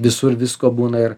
visur visko būna ir